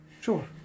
Sure